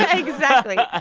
ah exactly. ah